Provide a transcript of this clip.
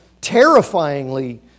terrifyingly